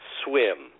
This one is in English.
swim